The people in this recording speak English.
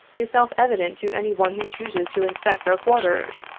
is self-evident to any one who chooses to inspect our quarters,